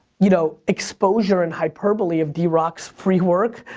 you know, exposure and hyperbole of drock's free work,